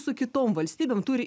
su kitom valstybėm turi